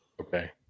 okay